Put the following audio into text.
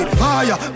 fire